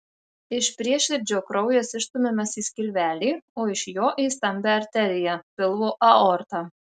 iš prieširdžio kraujas išstumiamas į skilvelį o iš jo į stambią arteriją pilvo aortą